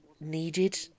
needed